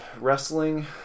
Wrestling